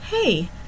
Hey